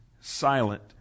silent